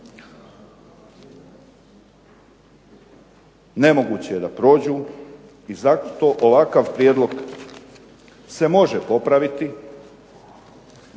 Nemoguće je da prođu i zato ovakav prijedlog se može popraviti,